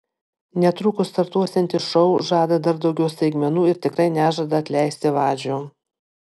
netrukus startuosiantis šou žada dar daugiau staigmenų ir tikrai nežada atleisti vadžių